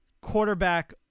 quarterback